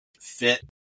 fit